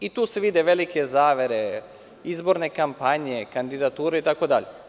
I tu se vide velike zavere, izborne kampanje, kandidature itd.